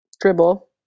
Dribble